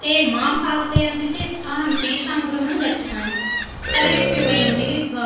ते माम् आह्वयन्ति चेत् अहं तेषां गृहं गच्छामि सर्वेऽपि वयं मिलित्वा